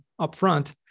upfront